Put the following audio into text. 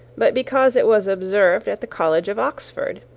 but because it was observed at the college of oxford,